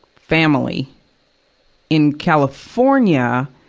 family in california,